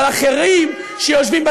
אבל אחרים, שנאה וגזענות.